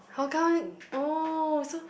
how come oh so